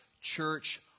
church